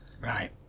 Right